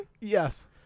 Yes